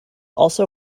also